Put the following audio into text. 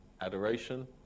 Adoration